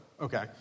okay